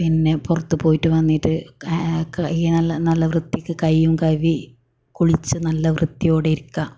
പിന്നെ പുറത്ത് പോയിട്ട് വന്നിട്ട് കാ കൈ നല്ല നല്ല വൃത്തിക്ക് കൈയും കഴുകി കുളിച്ച് നല്ല വൃത്തിയോടെ ഇരിക്കുക